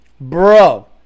bro